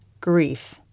grief